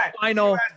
final